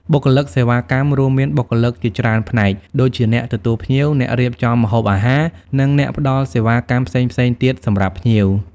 បុគ្គលិកសេវាកម្ម រួមមានបុគ្គលិកជាច្រើនផ្នែក ដូចជាអ្នកទទួលភ្ញៀវ អ្នករៀបចំម្ហូបអាហារ និង អ្នកផ្តល់សេវាកម្មផ្សេងៗទៀតសម្រាប់ភ្ញៀវ។